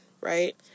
Right